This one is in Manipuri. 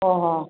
ꯍꯣꯍꯣꯏ